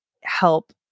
help –